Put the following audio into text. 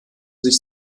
sich